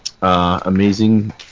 Amazing